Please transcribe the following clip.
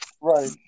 Right